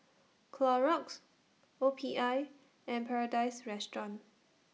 Clorox O P I and Paradise Restaurant